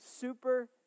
super